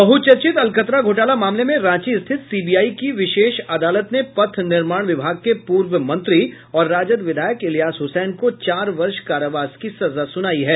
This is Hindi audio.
बहुचर्चित अलकतरा घोटाला मामले में रांची स्थित सीबीआई की विशेष अदालत ने पथ निर्माण विभाग के पूर्व मंत्री और राजद विधायक इलियास हुसैन को चार वर्ष कारावास की सजा सुनायी है